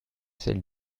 celle